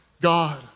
God